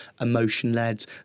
emotion-led